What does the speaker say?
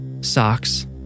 Socks